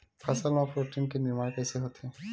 फसल मा प्रोटीन के निर्माण कइसे होथे?